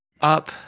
up